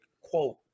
quote